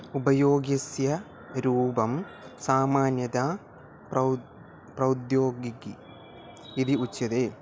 उपयोगस्य रूपं सामान्यता प्रौद् प्रौद्योगिकम् इति उच्यते